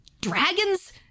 Dragons